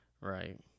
right